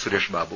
Sureshbabu